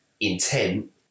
intent